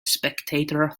spectator